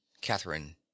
Catherine